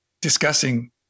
Discussing